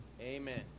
Amen